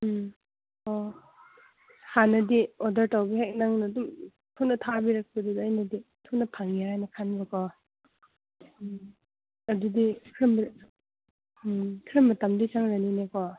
ꯎꯝ ꯑꯣ ꯍꯥꯟꯅꯗꯤ ꯑꯣꯗꯔ ꯇꯧꯕ ꯍꯦꯛ ꯅꯪꯅ ꯑꯗꯨꯝ ꯊꯨꯅ ꯊꯥꯕꯤꯔꯛꯄꯗꯨꯗ ꯑꯩꯅꯗꯤ ꯊꯨꯅ ꯐꯪꯒꯦꯔꯥ ꯍꯥꯏꯅ ꯈꯟꯕꯀꯣ ꯎꯝ ꯑꯗꯨꯗꯤ ꯎꯝ ꯈꯔ ꯃꯇꯝꯗꯤ ꯆꯪꯂꯅꯤꯅꯦꯀꯣ